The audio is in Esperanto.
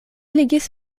ligis